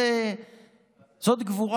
זאת גבורה.